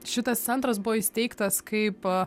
šitas centras buvo įsteigtas kaip